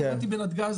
אני עבדתי בנתגז,